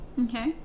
Okay